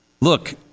look